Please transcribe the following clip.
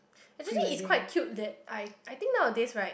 actually it's quite cute that I I think nowadays right